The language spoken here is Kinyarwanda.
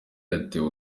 yatewe